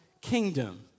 kingdom